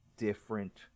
Different